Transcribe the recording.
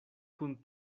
kun